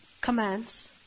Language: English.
commands